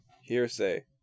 Hearsay